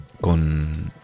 con